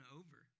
over